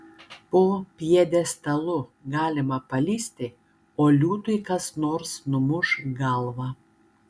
po pjedestalu galima palįsti o liūtui kas nors numuš galvą